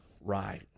right